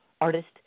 artist